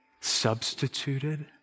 substituted